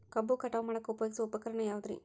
ಕಬ್ಬು ಕಟಾವು ಮಾಡಾಕ ಉಪಯೋಗಿಸುವ ಉಪಕರಣ ಯಾವುದರೇ?